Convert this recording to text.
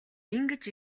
ингэж